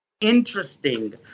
interesting